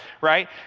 right